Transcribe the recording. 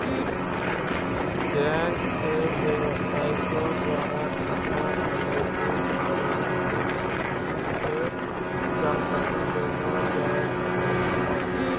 bank के बेबसाइटो द्वारा खाता खोलै के आवेदन के स्थिति के जानकारी लेलो जाय सकै छै